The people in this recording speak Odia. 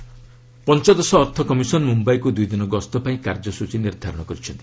ଫାଇନାନ୍ସ କମିଶନ୍ ପଞ୍ଚଦଶ ଅର୍ଥ କମିଶନ୍ ମୁମ୍ୟାଇକୁ ଦୁଇ ଦିନ ଗସ୍ତ ପାଇଁ କାର୍ଯ୍ୟସ୍ତଚୀ ନିର୍ଦ୍ଧାରଣ କରିଛନ୍ତି